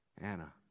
Anna